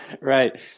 right